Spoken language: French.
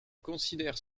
considère